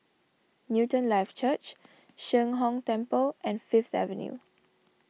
Newton Life Church Sheng Hong Temple and Fifth Avenue